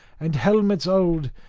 and helmets old,